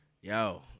Yo